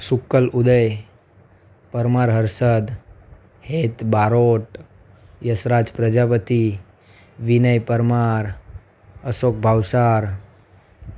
Shukla Uday Parmar Harshad Het Barot Yashraj Prajapati Vinay Parmar Ashok Bhavsar